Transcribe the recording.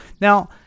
Now